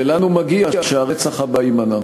ולנו מגיע שהרצח הבא יימנע.